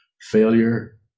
failure